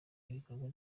ibikorwa